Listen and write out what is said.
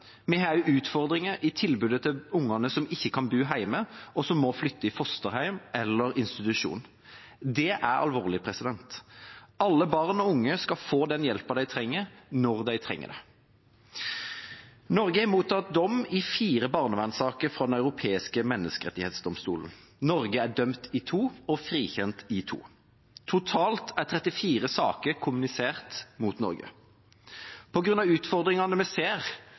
Vi har også utfordringer i tilbudet til de ungene som ikke kan bo hjemme, og som må flytte i fosterhjem eller på institusjon. Det er alvorlig. Alle barn og unge skal få den hjelpen de trenger, når de trenger det. Norge har mottatt dom fra Den europeiske menneskerettsdomstol i fire barnevernssaker. Norge er dømt i to og frikjent i to. Totalt er 34 saker kommunisert mot Norge. På grunn av utfordringene vi ser,